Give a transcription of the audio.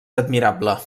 admirable